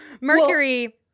Mercury